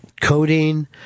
codeine